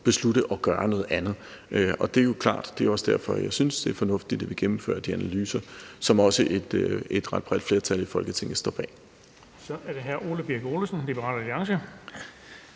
beslutte at gøre noget andet. Det er klart, at det jo også er derfor, jeg synes, det er fornuftigt, at vi gennemfører de analyser, som også et ret bredt flertal i Folketinget står bag. Kl. 17:28 Den fg. formand (Erling